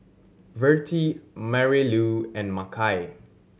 Vertie Marylou and Makai